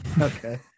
Okay